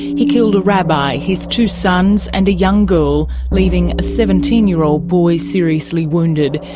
he killed a rabbi, his two sons and a young girl, leaving a seventeen year old boy seriously wounded.